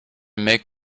make